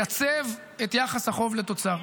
-- לייצב את יחס החוב לתוצר.